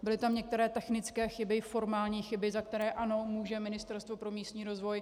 Byly tam některé technické chyby, formální chyby, za které ano, může Ministerstvo pro místní rozvoj.